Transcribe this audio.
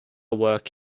work